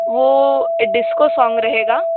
वो disco song रहेगा